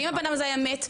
ואם הבן-אדם הזה מת?